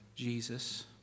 Jesus